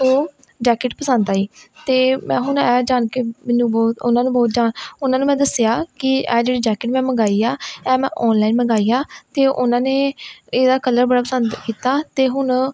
ਉਹ ਜੈਕਟ ਪਸੰਦ ਆਈ ਅਤੇ ਮੈਂ ਹੁਣ ਇਹ ਜਾਣ ਕੇ ਮੈਨੂੰ ਬਹੁ ਉਹਨਾਂ ਨੂੰ ਬਹੁਤ ਜਾ ਉਹਨਾਂ ਨੂੰ ਮੈਂ ਦੱਸਿਆ ਕਿ ਇਹ ਜਿਹੜੀ ਜੈਕਟ ਮੈਂ ਮੰਗਵਾਈ ਆ ਇਹ ਮੈਂ ਆਨਲਾਈਨ ਮੰਗਵਾਈ ਆ ਅਤੇ ਉਹਨਾਂ ਨੇ ਇਹਦਾ ਕਲਰ ਬੜਾ ਪਸੰਦ ਕੀਤਾ ਅਤੇ ਹੁਣ